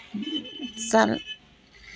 sir